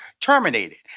terminated